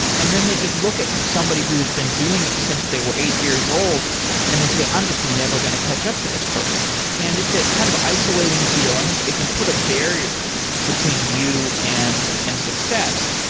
and then they just look at somebody who has been doing it since they were eight years-old and they say, i'm just never going to catch up to this person. and it's a kind of isolating feeling. it can put a barrier between you and and success.